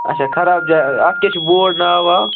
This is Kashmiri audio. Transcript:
اَچھا خراب جاے اَتھ کیٛاہ چھُ بورڈ ناو واو